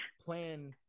plan